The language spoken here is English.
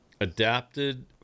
adapted